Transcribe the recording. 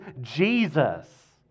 Jesus